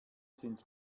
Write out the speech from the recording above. sind